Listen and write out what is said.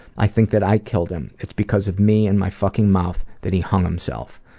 i think that i killed him. it's because of me and my fucking mouth that he hung himself.